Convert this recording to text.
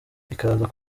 ikaza